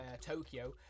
Tokyo